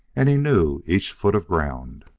and he knew each foot of ground.